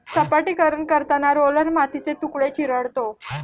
सपाटीकरण करताना रोलर मातीचे तुकडे चिरडतो